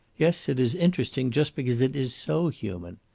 yes, it is interesting just because it is so human.